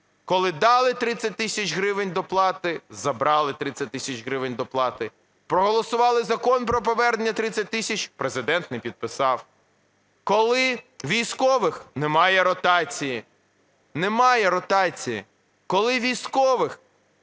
коли дали 30 тисяч гривень доплати, забрали 30 тисяч гривень доплати. Проголосували Закон про повернення 30 тисяч – Президент не підписав. Коли у військових немає ротації. Немає ротації. Коли військовим,